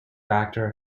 factor